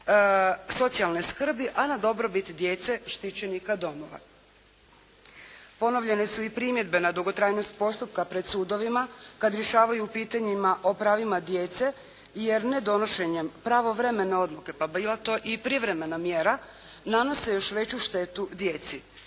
socijalne skrbi, a na dobrobit djece, štićenika domova. Ponovljene su i primjedbe na dugotrajnost postupka pred sudovima, kad rješavaju pitanjima o pravima djece, jer nedonošenjem pravovremene odluke, pa bila to i privremena mjera, nanose još veću štetu djeci.